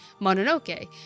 mononoke